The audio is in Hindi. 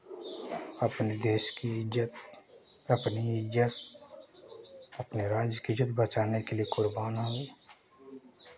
अपने देश की इज्जत अपनी इज्जत अपने राज्य की इज्जत बचाने के लिए कुर्बान हो गई